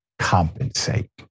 compensate